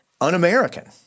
un-American